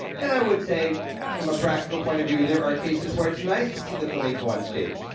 and i would say from a practical point of view there are cases where it's nice to see the flamenco on stage.